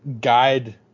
guide